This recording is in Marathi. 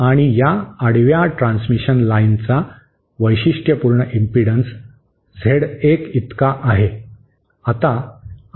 आणि या आडव्या ट्रान्समिशन लाइनचा वैशिष्ट्यपूर्ण इम्पिडन्स झेड 1 इतका आहे